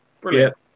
Brilliant